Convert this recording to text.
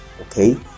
okay